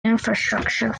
infrastructure